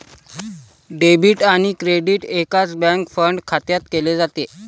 debit आणि credit एकाच bank fund खात्यात केले जाते